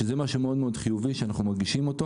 שזה משהו מאוד-מאוד חיובי שאנחנו מרגישים.